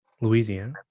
Louisiana